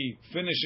finishing